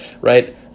right